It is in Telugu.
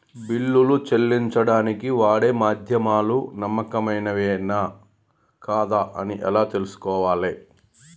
బిల్లులు చెల్లించడానికి వాడే మాధ్యమాలు నమ్మకమైనవేనా కాదా అని ఎలా తెలుసుకోవాలే?